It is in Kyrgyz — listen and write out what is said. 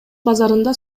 базарында